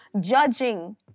judging